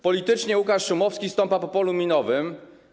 Politycznie Łukasz Szumowski stąpa po polu minowym.